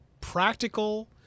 practical